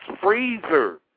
freezer